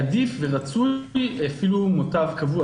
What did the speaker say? עדיף ורצוי אפילו מותב קבוע,